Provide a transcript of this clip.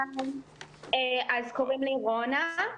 קוראים לי רונה,